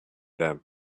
them